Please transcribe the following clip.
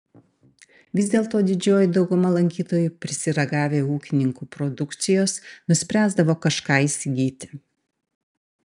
vis dėlto didžioji dauguma lankytojų prisiragavę ūkininkų produkcijos nuspręsdavo kažką įsigyti